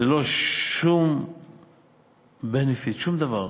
ללא שום benefit, שום דבר,